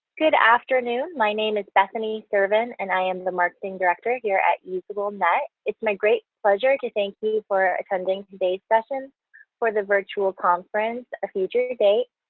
good afternoon. my name is bethany sirven and i am the marketing director here at usablenet. it's my great pleasure to thank you for attending today's session for the virtual conference, a future date,